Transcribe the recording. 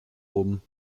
oben